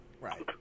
Right